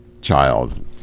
child